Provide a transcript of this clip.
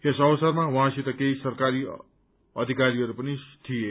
यस अवसरमा उहाँसित केही सरकारनी अधिकारीहरू पनि सायमा थिए